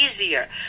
easier